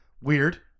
Weird